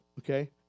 okay